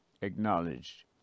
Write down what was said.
acknowledged